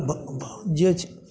जे छी